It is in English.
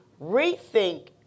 rethink